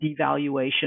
devaluation